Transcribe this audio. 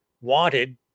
wanted